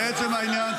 לעצם העניין,